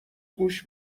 گوش